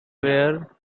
were